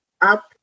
up